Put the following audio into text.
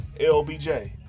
LBJ